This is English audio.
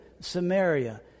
Samaria